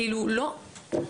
כאילו לא ---.